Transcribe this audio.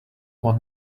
one